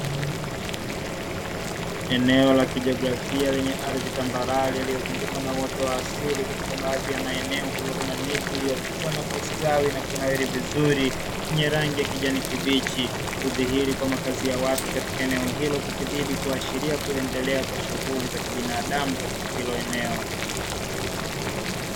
Eneo la kijiografia lenye ardhi tambarare lililozunguka na watu wa asili katika baadhi ya maeneo iliyo kuwa kuna miti iliyokuwa na kustawi na kuna vizuri yenye rangi ya kijani kibichi kudhihiri kwa makazi ya watu katika eneo hilo kukizidi kuashiria kuendelea kwa shughuli za kibinadamu katika hilo eneo.